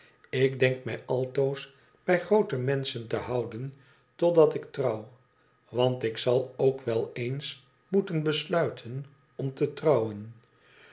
ik denk mij altoos bij groote menschen te houden totdat ik trouw want ik zal ook wel eens moeten besluiten om te trouwen